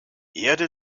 erde